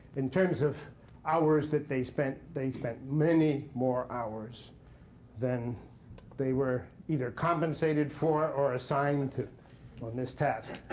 in terms of hours that they spent, they spent many more hours than they were either compensated for or assigned to on this task.